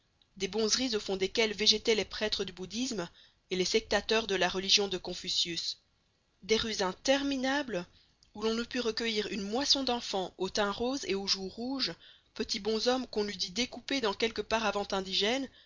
des bonzeries au fond desquelles végétaient les prêtres du bouddhisme et les sectateurs de la religion de confucius des rues interminables où l'on eût pu recueillir une moisson d'enfants au teint rose et aux joues rouges petits bonshommes qu'on eût dit découpés dans quelque paravent indigène